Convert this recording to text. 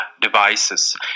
devices